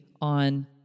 on